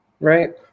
Right